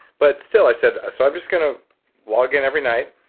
but still i said, so i'm just gonna log in every night.